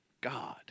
God